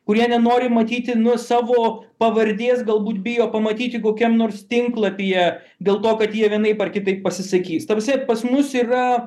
kurie nenori matyti nuo savo pavardės galbūt bijo pamatyti kokiam nors tinklapyje dėl to kad jie vienaip ar kitaip pasisakys ta prasme pas mus yra